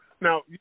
Now